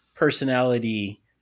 personality